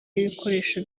y’ibikoresho